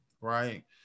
Right